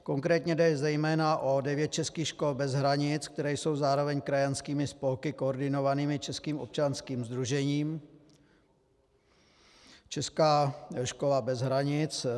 Konkrétně jde zejména o devět českých škol bez hranic, které jsou zároveň krajanskými spolky koordinovanými českým občanským sdružením Česká škola bez hranic.